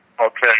Okay